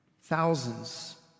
thousands